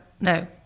No